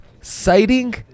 citing